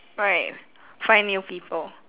right find new people